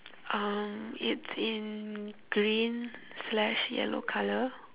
um it's in green slash yellow colour